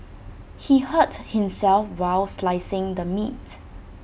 he hurt himself while slicing the meat